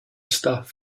stuff